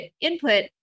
input